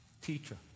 Teacher